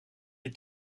est